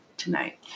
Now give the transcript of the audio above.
tonight